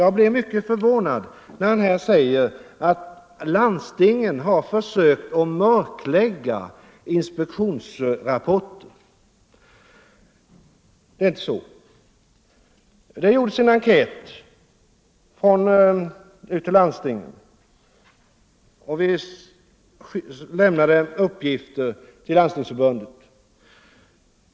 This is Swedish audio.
Jag blev mycket förvånad när herr Romanus sade, att landstingen har försökt mörklägga inspektionsrapporter. Det är inte så. Det gjordes en enkät ute i landstingen, och vi lämnade uppgifter till Landstingsförbundet.